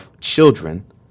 children